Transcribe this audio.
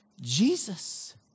Jesus